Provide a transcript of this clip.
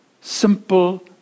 simple